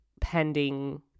pending